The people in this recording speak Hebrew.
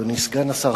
אדוני סגן השר,